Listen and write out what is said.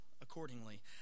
accordingly